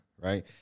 right